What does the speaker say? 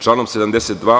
Članom 72.